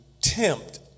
tempt